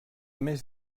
més